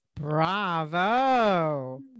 bravo